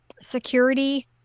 security